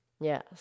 Yes